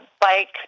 bike